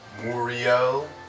Muriel